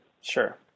Sure